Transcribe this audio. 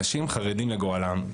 אנשים חרדים לגורלם,